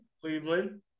Cleveland